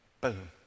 Boom